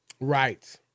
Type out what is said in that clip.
Right